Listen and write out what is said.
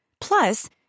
Plus